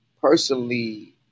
personally